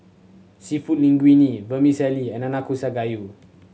Seafood Linguine Vermicelli and Nanakusa Gayu